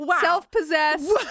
self-possessed